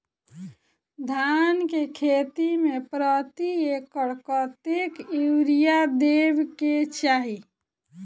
धान केँ खेती मे प्रति एकड़ कतेक यूरिया देब केँ चाहि?